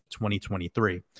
2023